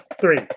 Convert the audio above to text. three